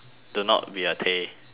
do not be a tay